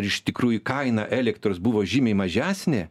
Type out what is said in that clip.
ir iš tikrųjų kaina elektros buvo žymiai mažesnė